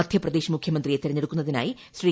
മദ്ധ്യപ്രദേശ് മുഖ്യമന്ത്രിയെ തെരഞ്ഞെടുക്കുന്നതിനായി ശ്രീ